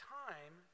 time